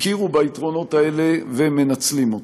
הכירו בנם ומנצלים אותם.